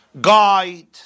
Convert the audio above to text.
guide